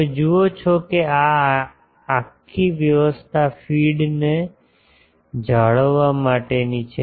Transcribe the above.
તમે જુઓ છો કે આ આખી વ્યવસ્થા ફીડને જાળવવા માટેની છે